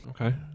Okay